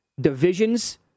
Divisions